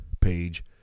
page